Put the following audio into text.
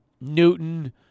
Newton